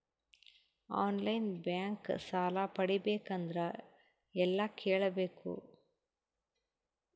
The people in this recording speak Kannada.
ಆನ್ ಲೈನ್ ಬ್ಯಾಂಕ್ ಸಾಲ ಪಡಿಬೇಕಂದರ ಎಲ್ಲ ಕೇಳಬೇಕು?